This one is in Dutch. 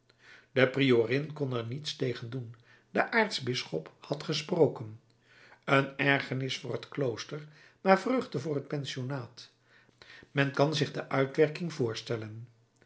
de priorin kon er niets tegen doen de aartsbisschop had gesproken een ergernis voor het klooster maar vreugde voor het pensionaat men kan zich de uitwerking voorstellen